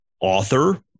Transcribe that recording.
author